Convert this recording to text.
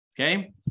okay